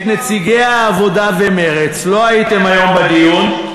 את נציגי העבודה ומרצ, לא הייתם היום בדיון.